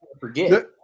Forget